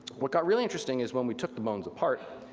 what got really interesting is when we took the bones apart,